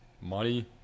Money